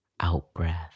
out-breath